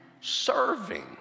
serving